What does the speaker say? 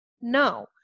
No